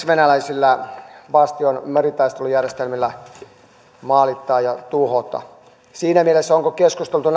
venäläisellä bastion meritaistelujärjestelmällä maalittaa ja tuhota onko siinä mielessä keskusteltu